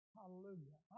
Hallelujah